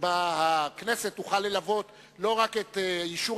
שבה הכנסת תוכל ללוות לא רק את אישור